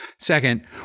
Second